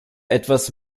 etwas